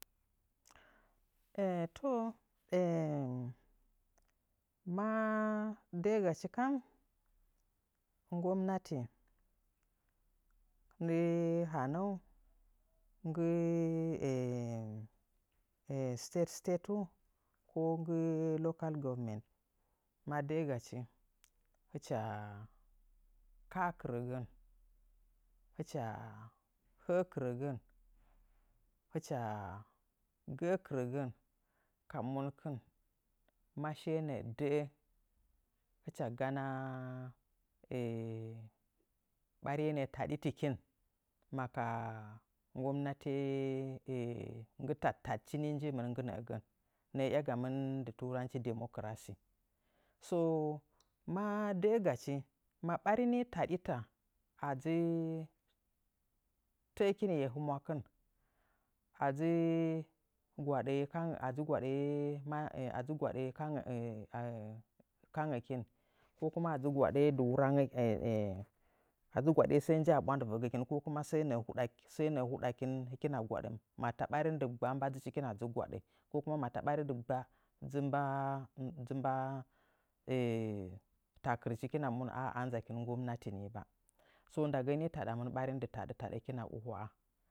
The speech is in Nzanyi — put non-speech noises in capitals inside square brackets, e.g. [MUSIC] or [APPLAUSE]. [HESITATION] To [HESITATION] ma da'agachi kam nggomnati nagt [HESITATION] hanəu nggɨ state stateuu ko nggɨ local government, ma daa gachi hɨcha kaa kɨragən hɨcha həə kɨrəgən, hɨcha goa kɨrogan na monkɨn ma shiye noo da'a hɨcha gana [HESITATION] ɓariye nəə də'ə hicha gana [HESITATION] ɓariye nə'ə taɗitɨjub bda na ja mgesutatuib na ja bgginbata bggɨ taɗtaɗchi njiməm nggɨ nəəgən nəə yagamɨn ɗɨ turanchi democracy. So ma ɓari nii taɗita a ɗzɨ taakinye humwakɨn a dzɨ gwaɗaa ka [HESITATION] a dzɨ gwaɗaa kangəkin [HESITATION] ko tsua dzɨ gwaɗəə kangəkin [HESITATION] ko tsua dzɨ gwaɗəə dɨ wura [HESITATION] a dzɨ gwaɗəə səə nɗə nji a ɓwandivəgəkin ko kuma səə nəə huɗakin hikina gwaɗa ma ta ɓarin diggba mba dzɨchi hɨkina dzɨ gwaɗa ko kuma [HESITATION] dzɨ mba dzɨ mbaa [HESITATION] gwaɗa ko kuma ma ta bari dɨggba dzɨ mba dzɨ mbaa takɨrkɨin a nzakin nggomnati nii so, [UNINTELLIGIBLE] ɓariye naa taɗiminka uhwaa